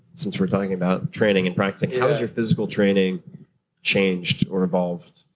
since we are talking about training and practicing, how has your physical training changed or evolved?